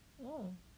oh